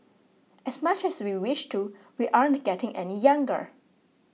as much as we wish to we aren't getting any younger